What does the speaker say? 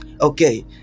Okay